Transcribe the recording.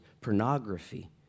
pornography